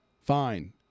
Fine